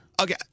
Okay